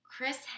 Chris